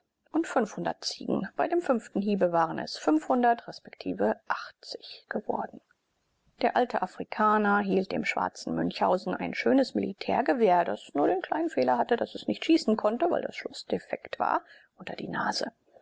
und ziegen bei dem fünften hiebe waren es resp geworden der alte afrikaner hielt dem schwarzen münchhausen ein schönes militärgewehr das nur den kleinen fehler hatte daß es nicht schießen konnte weil das schloß defekt war unter die nase